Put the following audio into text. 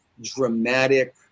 dramatic